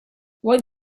what